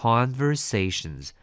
Conversations